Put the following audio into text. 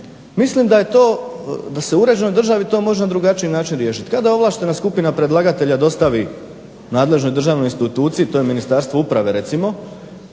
Mislim da se u uređenoj državi to može na drugačiji način riješiti. Kada ovlaštena skupina predlagatelja dostavi nadležnoj državnoj instituciji, to je Ministarstvo uprave recimo,